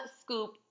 scoop